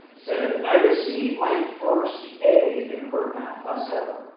said i received my first a in her math class ever.